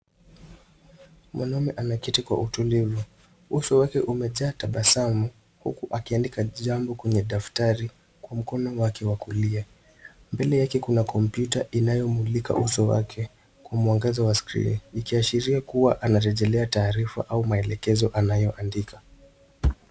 Mwanaume ameketi kwa utulivu uso wake umejaa tabasamu huku akiandika jambo kwenye daftari kwa mkono wake wa kulia. Mbele yake kuna kompyuta inayomulika uso wake kumwongeza wa skrini ikiashiria kuwa anarejelea taarifa au maelekezo anayoandika.